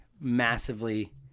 massively